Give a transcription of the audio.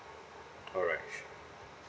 alright sure